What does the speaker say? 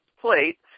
plate